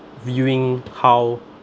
viewing how